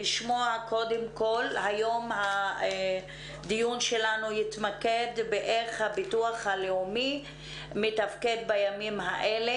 היום הדיון שלנו יתמקד איך הביטוח הלאומי מתפקד בימים האלה?